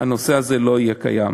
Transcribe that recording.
הנושא הזה לא יהיה קיים.